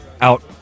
out